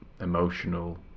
emotional